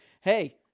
hey